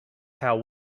how